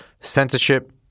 censorship